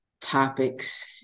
topics